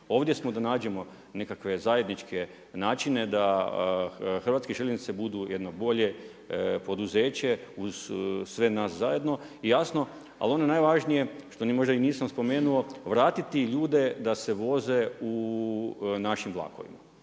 Ovdje smo da nađemo nekakve zajedničke načine da HŽ bude jedno bolje poduzeće uz sve nas zajedno i jasno. Ali ono što je najvažnije što možda i nisam spomenuo, vratiti ljude da se voze našim vlakovima.